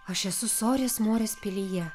aš esu sorės morės pilyje